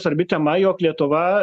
svarbi tema jog lietuva